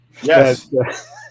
Yes